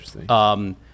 Interesting